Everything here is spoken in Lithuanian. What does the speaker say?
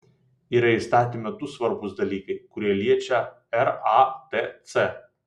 yra įstatyme du svarbūs dalykai kurie liečia ratc